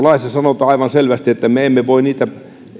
laissa sanotaan aivan selvästi että me emme voi niitä